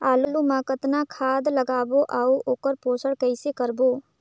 आलू मा कतना खाद लगाबो अउ ओकर पोषण कइसे करबो?